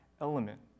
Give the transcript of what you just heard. element